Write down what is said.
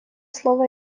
слово